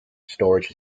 storage